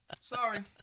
sorry